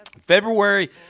February